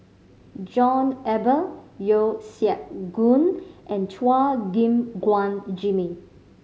John Eber Yeo Siak Goon and Chua Gim Guan Jimmy